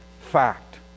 Fact